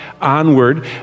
onward